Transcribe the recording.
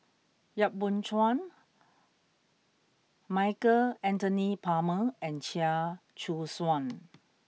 Yap Boon Chuan Michael Anthony Palmer and Chia Choo Suan